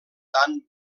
dan